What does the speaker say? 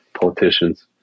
politicians